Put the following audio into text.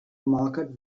market